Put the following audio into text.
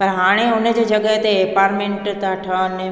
पर हाणे हुन जे जॻह ते एपारमैंट था ठहनि